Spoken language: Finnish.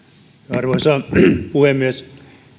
arvoisa puhemies